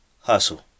hustle